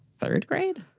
third grade?